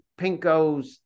pinkos